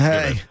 Hey